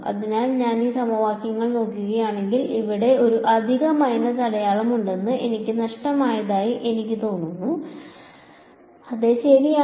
അതിനാൽ ഞാൻ ഈ സമവാക്യങ്ങൾ നോക്കുകയാണെങ്കിൽ ഇവിടെ ഒരു അധിക മൈനസ് അടയാളം ഉണ്ടെന്ന് എനിക്ക് നഷ്ടമായതായി എനിക്ക് തോന്നുന്നു അതെ ശരിയാണ്